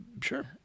Sure